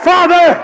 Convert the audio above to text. Father